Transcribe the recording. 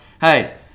Hey